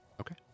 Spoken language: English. Okay